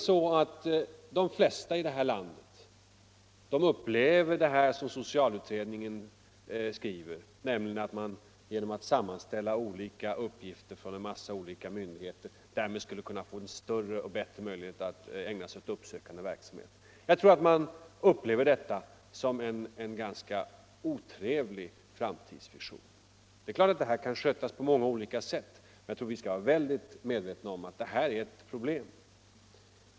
Vad socialutredningen i det sammanhanget skriver, att man genom att sammanställa olika uppgifter från ett stort antal myndigheter får bättre möjligheter att ägna sig åt uppsökande verksamhet, tror jag att de flesta här i landet upplever som en ganska otrevlig framtidsvision. Den verksamheten kan naturligtvis skötas på många olika sätt, men jag tror att vi skall vara medvetna om att där finns problem.